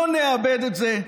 לא נאבד את זה,